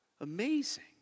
Amazing